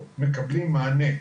מקבלים מענה.